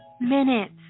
minutes